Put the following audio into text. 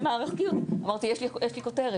כך שהוא יוכל להיקלט גם במערכות ה-GIS של הרשויות המקומיות.